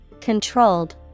controlled